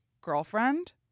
girlfriend